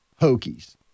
Hokies